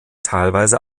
teilweise